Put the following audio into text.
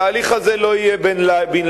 התהליך הזה לא יהיה בן-לילה,